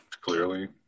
clearly